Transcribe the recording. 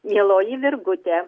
mieloji virgute